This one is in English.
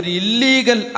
illegal